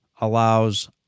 allows